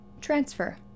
transfer